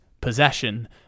possession